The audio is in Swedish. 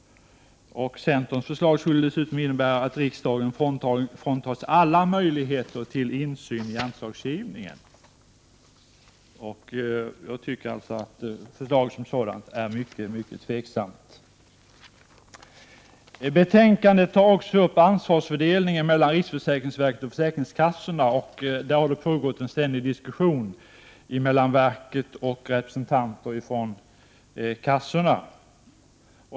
Centerns förslag skulle dessutom innebära att riksdagen fråntas alla möjligheter till insyn i anslagsgivningen. Jag ställer mig mycket tveksam till förslaget som helhet. I betänkandet tar utskottet också upp ansvarsfördelningen mellan riksförsäkringsverket och försäkringskassorna. Det har förts en ständig diskussion mellan verket och representanter för kassorna.